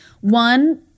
one